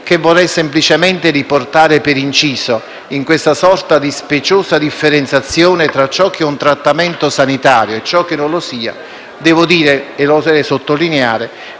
e delle terapie del dolore. Per inciso, in questa sorta di speciosa differenziazione tra ciò che è un trattamento sanitario e ciò che non lo è, devo dire, e lo vorrei sottolineare,